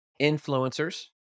influencers